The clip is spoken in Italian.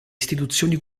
istituzioni